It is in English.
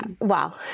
wow